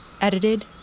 Edited